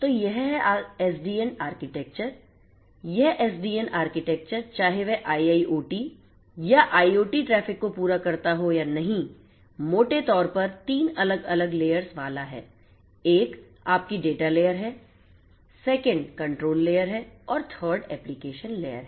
तो यह है SDN आर्किटेक्चर यह SDN आर्किटेक्चर चाहे वह IIoT या IoT ट्रैफिक को पूरा करता हो या नहीं मोटे तौर पर 3 अलग अलग लेयर्स वाला है 1 आपकी डेटा लेयर है 2nd कंट्रोल लेयर है और 3rd एप्लीकेशन लेयर है